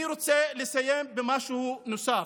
אני רוצה לסיים במשהו נוסף.